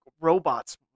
robots